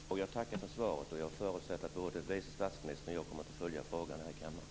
Fru talman! Jag tackar för svaret. Jag förutsätter att både vice statsministern och jag kommer att följa frågan här i kammaren.